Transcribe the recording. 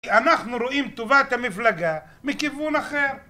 אנחנו רואים טובת המפלגה מכיוון אחר